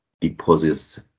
deposits